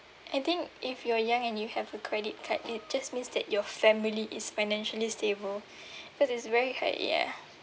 I think if you're young and you have a credit card it just means that your family is financially stable cause it's very hard ya